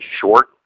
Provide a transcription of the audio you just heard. short